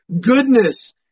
goodness